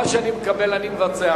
מה שאני מקבל אני מבצע.